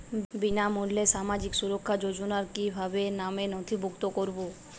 বিনামূল্যে সামাজিক সুরক্ষা যোজনায় কিভাবে নামে নথিভুক্ত করবো?